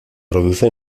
produce